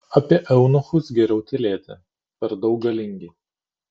apie eunuchus geriau tylėti per daug galingi